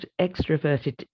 extroverted